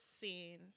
scene